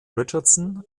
richardson